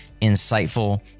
insightful